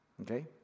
Okay